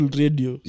radio